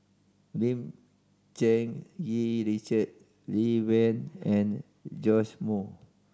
Lim Cherng Yih Richard Lee Wen and Joash Moo